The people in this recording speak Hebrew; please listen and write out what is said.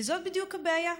וזאת בדיוק הבעיה.